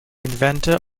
inventor